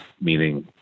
meaning